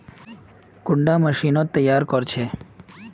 कुंडा मशीनोत तैयार कोर छै?